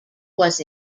was